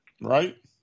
Right